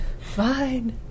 Fine